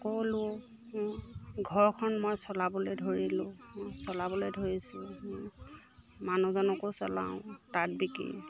সকলো ঘৰখন মই চলাবলে ধৰিলোঁ চলাবলে ধৰিছোঁ মানুহজনকো চলাওঁ তাঁত বিকি